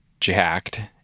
jacked